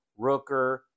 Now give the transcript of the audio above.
Rooker